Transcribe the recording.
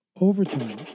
overtime